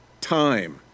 time